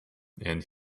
and